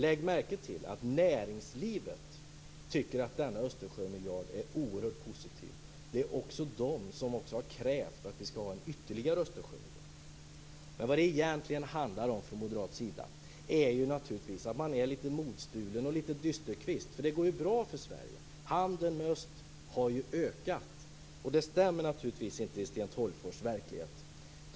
Lägg märke till att näringslivet tycker att denna Östersjömiljard är oerhört positiv. Det är också de som har krävt att vi skall ha ytterligare Östersjömiljarder. Vad det egentligen handlar om från moderat sida är naturligtvis att man är lite modstulen och lite dysterkvist, för det går ju bra för Sverige. Handeln med öst har ju ökat. Det stämmer naturligtvis inte med Sten Tolgfors verklighet.